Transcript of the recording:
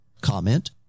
comment